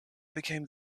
became